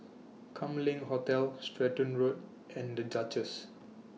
Kam Leng Hotel Stratton Road and The Duchess